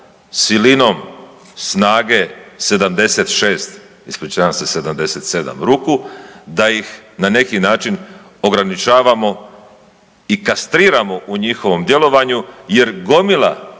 silinom snage 76, ispričavam se 77 ruku, da ih na neki način ograničavamo i kastriramo u njihovom djelovanju jer gomila